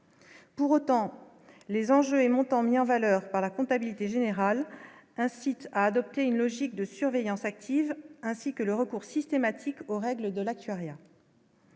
Pour autant, les enjeux et montants mis en valeur par la comptabilité générale incite à adopter une logique de surveillance active, ainsi que le recours systématique aux règles de l'actuariat.